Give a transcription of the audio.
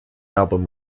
album